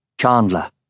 Chandler